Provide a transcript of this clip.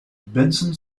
benson